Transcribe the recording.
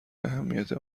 اهمیت